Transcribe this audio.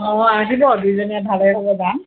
অঁ আহিব দুজনীয়ে ভাগে ভাগে যাম